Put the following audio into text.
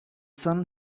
sun